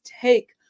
take